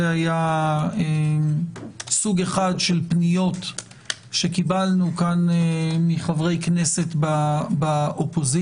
זה היה סוג אחד של פניות שקיבלנו מחברי כנסת באופוזיציה.